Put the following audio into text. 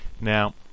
Now